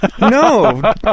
no